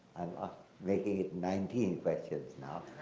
ah making it nineteen questions now.